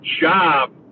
job